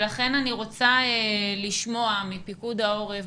לכן אני רוצה לשמוע מפיקוד העורף,